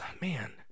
man